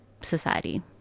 society